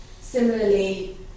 Similarly